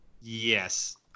Yes